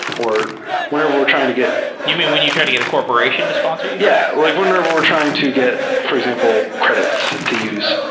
or whenever we're trying to get you mean when you try to get a corporation to sponsor you? yeah. like whenever we're trying to get, for example, credits to use,